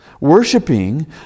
Worshipping